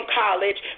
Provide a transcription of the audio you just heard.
college